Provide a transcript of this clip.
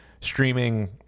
streaming